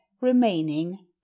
remaining